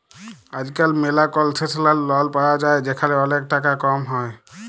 আজকাল ম্যালা কনসেশলাল লল পায়া যায় যেখালে ওলেক টাকা কম হ্যয়